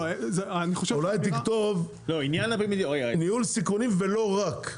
אולי תכתוב ניהול סיכונים ולא רק.